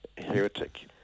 heretic